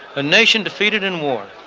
a nation defeated in war.